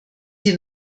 sie